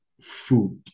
food